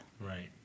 Right